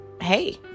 hey